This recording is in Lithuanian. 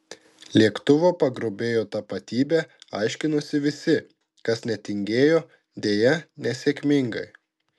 lėktuvo pagrobėjo tapatybę aiškinosi visi kas netingėjo deja nesėkmingai